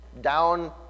Down